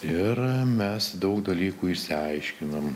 ir mes daug dalykų išsiaiškinom